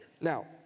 Now